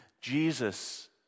Jesus